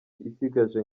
isigaje